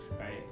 right